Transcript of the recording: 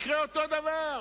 יקרה אותו הדבר.